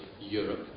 Europe